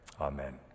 amen